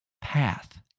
path